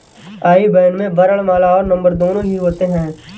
आई ban में वर्णमाला और नंबर दोनों ही होते हैं